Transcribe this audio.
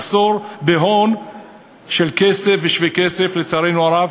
מחסור בהון של כסף ושווה כסף, לצערנו הרב,